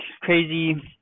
crazy